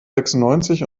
sechsundneunzig